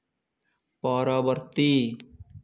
ପରବର୍ତ୍ତୀ